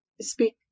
Speak